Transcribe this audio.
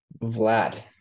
Vlad